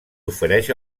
ofereix